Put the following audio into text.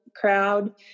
crowd